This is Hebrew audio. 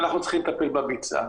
אנחנו צריכים לטפל בביצה.